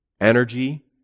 energy